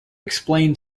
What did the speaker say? explain